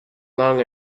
long